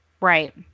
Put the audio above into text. Right